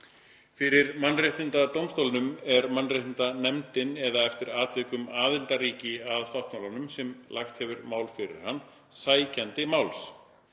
Fyrir mannréttindadómstólnum er mannréttindanefndin eða eftir atvikum aðildarríki að sáttmálanum, sem hefur lagt mál fyrir hann, sækjandi máls.